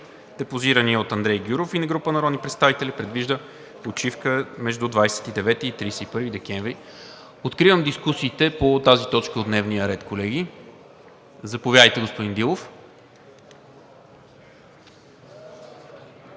депозираният от Андрей Гюров и група народни представители предвижда почивка между 29 и 31 декември. Откривам дискусиите по тази точка от дневния ред, колеги. Заповядайте, господин Дилов.